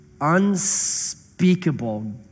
unspeakable